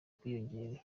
bwiyongere